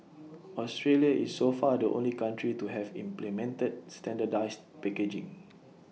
Australia is so far the only country to have implemented standardised packaging